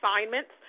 assignments